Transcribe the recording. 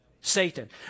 Satan